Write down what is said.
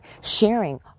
sharing